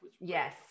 Yes